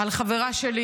על חברה שלי